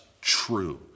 true